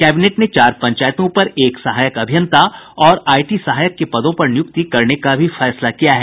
cabinet ने चार पंचायतों पर एक सहायक अभियंता और आईटी सहायक के पदों पर नियुक्ति करने का भी फैसला किया है